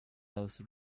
those